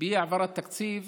באי-העברת תקציב